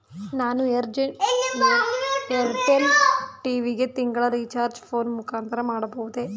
ನಾನು ಏರ್ಟೆಲ್ ಟಿ.ವಿ ಗೆ ತಿಂಗಳ ರಿಚಾರ್ಜ್ ಫೋನ್ ಮುಖಾಂತರ ಮಾಡಬಹುದೇ?